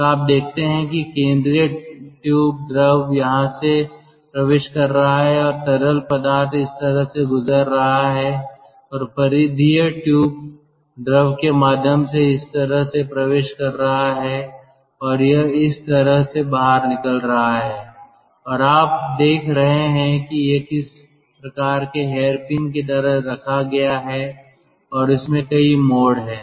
तो आप देखते हैं कि केंद्रीय ट्यूब द्रव यहां से प्रवेश कर रहा है और तरल पदार्थ इस तरह से गुजर रहा है और परिधीय ट्यूब द्रव के माध्यम से इस तरह से प्रवेश कर रहा है और यह इस तरह से बाहर निकल रहा है और यहां आप देख रहे हैं कि यह किसी प्रकार के हेयरपिन की तरह रखा गया है और उसमें कइ मोड़ हैं